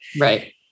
Right